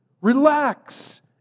Relax